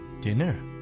Dinner